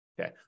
okay